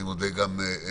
אני מודה למל"ל,